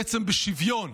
בעצם בשוויון,